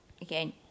Again